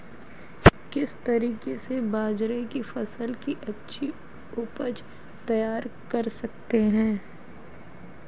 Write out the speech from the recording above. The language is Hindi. किस तरीके से बाजरे की फसल की अच्छी उपज तैयार कर सकते हैं?